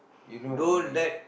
you know about me